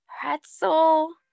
pretzel